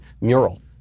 mural